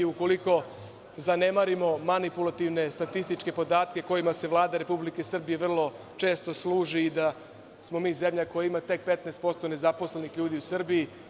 Ukoliko zanemarimo manipulativne statističke podatke kojima se Vlada Republike Srbije vrlo često služi da smo mi zemlja koja ima tek 15% nezaposlenih ljudi u Srbiji.